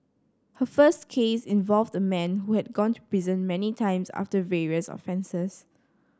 her first case involved the man who had gone to prison many times after various offences